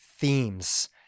themes